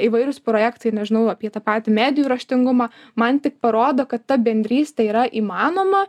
įvairūs projektai nežinau apie tą patį medijų raštingumą man tik parodo kad ta bendrystė yra įmanoma